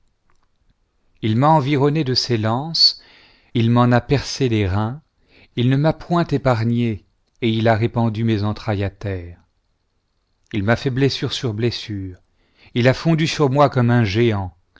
il m'a environné de ses lances il m'en a percé les reins il ne m'a point épargné et il a répandu mes entrailles à terre il m'a fait blessure sur blessure il a fondu sur moi comme un géant